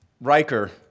Riker